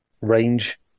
range